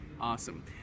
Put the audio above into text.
Awesome